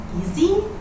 easy